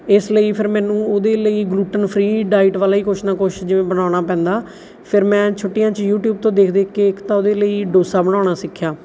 ਇਸ ਲਈ ਫਿਰ ਮੈਨੂੰ ਉਹਦੇ ਲਈ ਗਲੂਟਨ ਫਰੀ ਡਾਇਟ ਵਾਲਾ ਹੀ ਕੁਛ ਨਾ ਕੁਛ ਜਿਵੇਂ ਬਣਾਉਂਣਾ ਪੈਂਦਾ ਫਿਰ ਮੈਂ ਛੁੱਟੀਆਂ 'ਚ ਯੂਟਿਊਬ ਤੋਂ ਦੇਖ ਦੇਖ ਕੇ ਇੱਕ ਤਾਂ ਉਹਦੇ ਲਈ ਡੋਸਾ ਬਣਾਉਂਣਾ ਸਿੱਖਿਆ